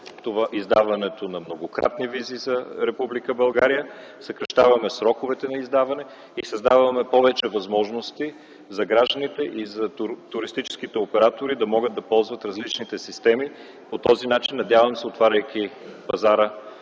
издаването на многократни визи за Република България, съкращаваме сроковете на издаване и създаваме повече възможности за гражданите и за туристическите оператори да могат да ползват различните системи, по този начин, надявам се отваряйки пазара